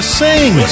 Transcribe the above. sing